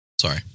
Sorry